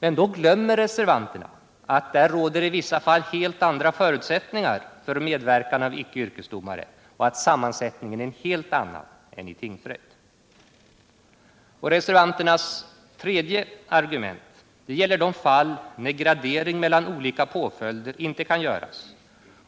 Men då glömmer reservanterna att där råder det i vissa fall helt andra förutsättningar för medverkan av icke yrkesdomare och att sammansättningen är en helt annan än i tingsrätt. Reservanternas tredje argument gäller de fall där gradering mellan olika påföljder inte kan göras